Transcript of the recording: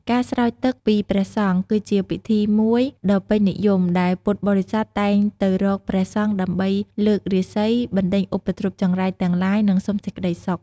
ការស្រោចទឹកពីព្រះសង្ឃ គឺជាពិធីមួយដ៏ពេញនិយមដែលពុទ្ធបរិស័ទតែងទៅរកព្រះសង្ឃដើម្បីលើករាសី បណ្ដេញឧបទ្រពចង្រៃទាំងឡាយ និងសុំសេចក្តីសុខ។